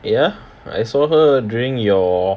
ya I saw her during your